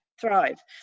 thrive